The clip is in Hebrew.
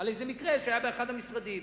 על איזה מקרה שהיה באחד המשרדים.